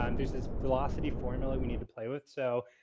um there's this velocity formula we need to play with. so,